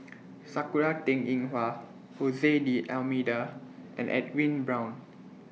Sakura Teng Ying Hua Jose D'almeida and Edwin Brown